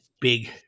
big